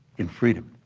in freedom,